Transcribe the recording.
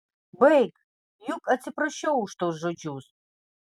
baik juk atsiprašiau už tuos žodžius